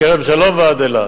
מכרם-שלום ועד אילת,